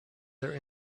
their